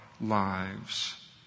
lives